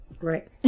Right